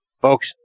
folks